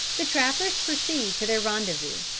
the trappers proceed to their rendezvous,